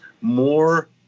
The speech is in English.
more